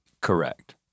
Correct